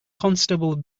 constable